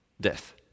death